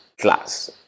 class